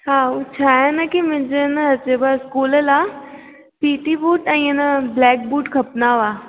हा हो छा आहे न की मुंहिंजे न इते ॿ इस्कूल लाइ सिटी बूट ऐं न ब्लैक बूट खपंदा हुआ